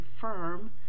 firm